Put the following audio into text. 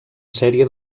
sèrie